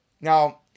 Now